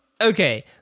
okay